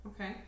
okay